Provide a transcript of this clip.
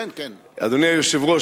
אדוני היושב-ראש,